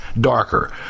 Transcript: darker